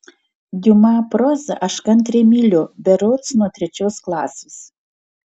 diuma prozą aš kantriai myliu berods nuo trečios klasės